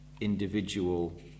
individual